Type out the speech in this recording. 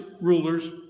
rulers